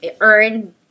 earn